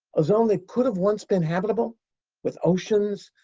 a zone that could have once been habitable with oceans,